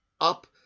up